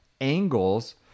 angles